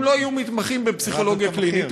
אם לא יהיו מתמחים בפסיכולוגיה קלינית,